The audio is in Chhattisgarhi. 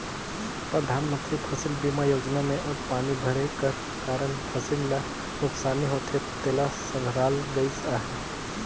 परधानमंतरी फसिल बीमा योजना में अब पानी भरे कर कारन फसिल ल नोसकानी होथे तेला संघराल गइस अहे